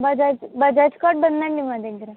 Bajaj Bajaj card ఉందండి మా దగ్గర